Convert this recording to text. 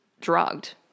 drugged